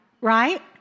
right